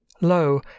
Lo